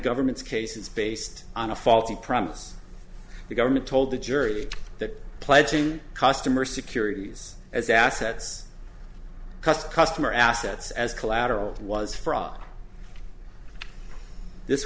government's case is based on a faulty promise the government told the jury that pledging customer securities as assets cust customer assets as collateral it was fraud this